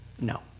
no